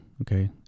Okay